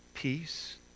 Peace